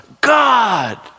God